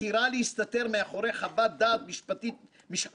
הבחירה להסתתר מאחורי חוות דעת משפטיות